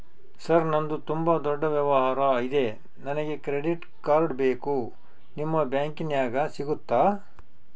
Sir ನಂದು ತುಂಬಾ ದೊಡ್ಡ ವ್ಯವಹಾರ ಇದೆ ನನಗೆ ಕ್ರೆಡಿಟ್ ಕಾರ್ಡ್ ಬೇಕು ನಿಮ್ಮ ಬ್ಯಾಂಕಿನ್ಯಾಗ ಸಿಗುತ್ತಾ?